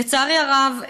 לצערי הרב,